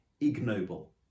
ignoble